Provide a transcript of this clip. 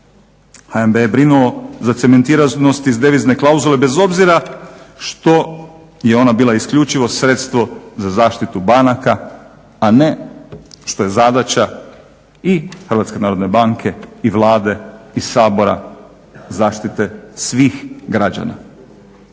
HNB je brinuo o zacementiranosti devizne klauzule bez obzira što je ona bila isključivo sredstvo za zaštitu banaka, a ne što je zadaća i HNB-a i Vlade i Sabora zaštite svih građana.